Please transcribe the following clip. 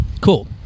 Cool